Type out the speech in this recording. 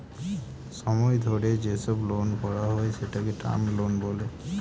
সময় ধরে যেসব লোন ভরা হয় সেটাকে টার্ম লোন বলে